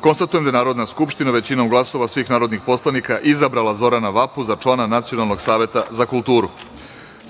161.Konstatujem da je Narodna skupština većinom glasova svih narodnih poslanika izabrala Zorana Vapu za člana Nacionalnog saveta za kulturu.